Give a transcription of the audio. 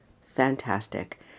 fantastic